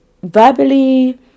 verbally